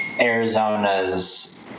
Arizona's